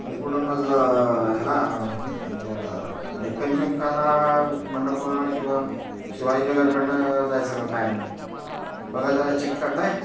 मग इकडून मग ह्याला आमच्या डेक्कन जिमखाना मनपा किंवा शिवाजीनगरकडून जायचं का काय मग बघा जरा चेक करताय